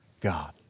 God